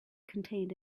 contained